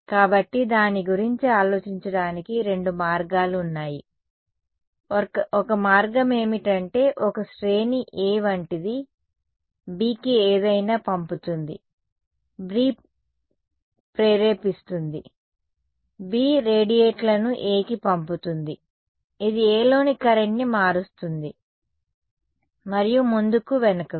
కాబట్టి దాని గురించి ఆలోచించడానికి రెండు మార్గాలు ఉన్నాయి ఒక మార్గం ఏమిటంటే ఒక శ్రేణి A వంటిది Bకి ఏదైనా పంపుతుంది B ప్రేరేపిస్తుంది B రేడియేట్లను A కి పంపుతుంది ఇది A లోని కరెంట్ని మారుస్తుంది మరియు ముందుకు వెనుకకు